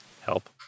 help